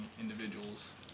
individuals